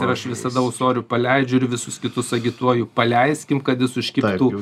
ir aš visada ūsorių paleidžiu ir visus kitus agituoju paleiskim kad jis užkibtų